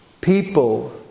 people